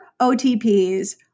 OTPs